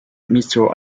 mister